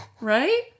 Right